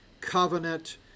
Covenant